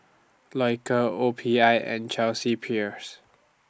Loacker O P I and Chelsea Peers